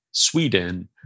Sweden